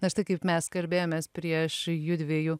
na štai kaip mes kalbėjomės prieš jųdviejų